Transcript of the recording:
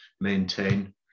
maintain